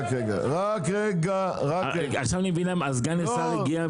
עכשיו אני מבין למה סגן השר הגיע,